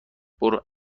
برو